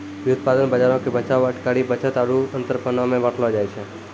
व्युत्पादन बजारो के बचाव, अटकरी, बचत आरु अंतरपनो मे बांटलो जाय छै